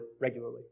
regularly